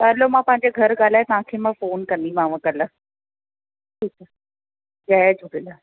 त हलो मां पंहिंजे घरि ॻाल्हाए तव्हांखे मां फ़ोन कंदीमांव कल्ह ठीकु आहे जय झूलेलाल